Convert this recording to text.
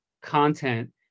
content